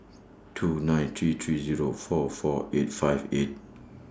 two nine three three Zero four four eight five eight